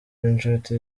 w’inshuti